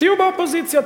תהיו באופוזיציה.